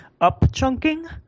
up-chunking